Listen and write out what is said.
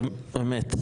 אמת.